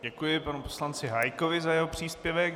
Děkuji panu poslanci Hájkovi za jeho příspěvek.